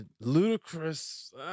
Ludicrous